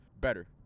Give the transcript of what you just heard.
better